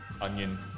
onion